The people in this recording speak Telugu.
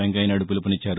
వెంకయ్యనాయుడు పిలుపునిచ్చారు